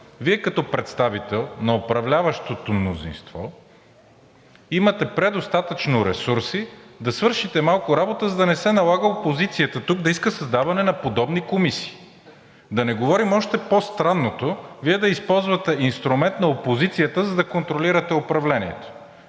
Вие като представител на управляващото мнозинство имате предостатъчно ресурси да свършите малко работа, за да не се налага опозицията тук да иска създаване на подобни комисии, да не говорим още по-странното – Вие да използвате инструмент на опозицията, за да контролирате управлението!